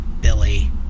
Billy